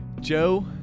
Joe